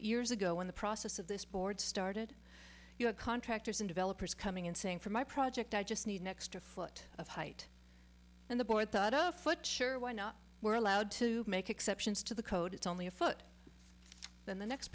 years ago when the process of this board started you know contractors and developers coming in saying for my project i just need an extra foot of height and the board thought of foot sure why not we're allowed to make exceptions to the code it's only a foot then the next